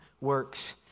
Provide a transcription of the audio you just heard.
works